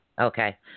Okay